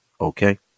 Okay